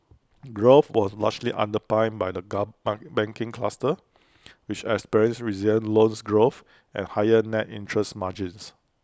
growth was largely underpinned by the gun ban banking cluster which experienced resilient loans growth and higher net interest margins